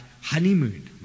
honeymoon